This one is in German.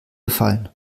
gefallen